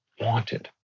wanted